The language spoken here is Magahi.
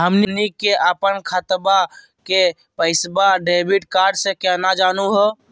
हमनी के अपन खतवा के पैसवा डेबिट कार्ड से केना जानहु हो?